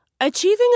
achieving